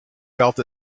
felt